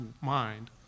mind